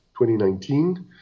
2019